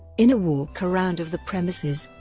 in a walk-around of the premises,